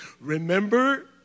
Remember